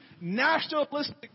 nationalistic